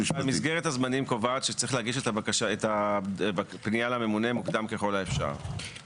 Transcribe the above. מסגרת הזמנים קובעת שצריך להגיש את הפניה לממונה מוקדם ככל האפשר,